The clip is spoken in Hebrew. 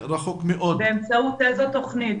באמצעות איזו תוכנית?